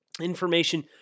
information